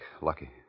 Lucky